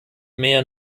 mehr